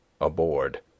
aboard